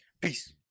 Peace